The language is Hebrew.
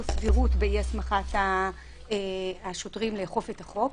סבירות באי-הסמכת השוטרים לאכוף את החוק.